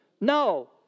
No